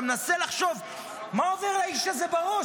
אתה מנסה לחשוב מה עובר לאיש הזה בראש,